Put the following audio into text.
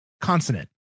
consonant